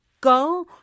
go